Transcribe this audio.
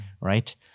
right